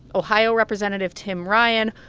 ohio representative tim ryan,